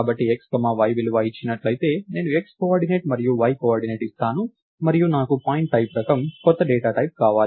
కాబట్టి x y విలువ ఇచ్చినట్లయితే నేను x కోఆర్డినేట్ మరియు y కోఆర్డినేట్ ఇస్తాను మరియు నాకు పాయింట్ టైప్ రకం కొత్త డేటా టైప్ కావాలి